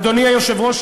אדוני היושב-ראש,